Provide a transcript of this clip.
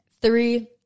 three